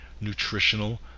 nutritional